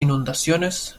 inundaciones